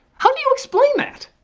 how do you explain that?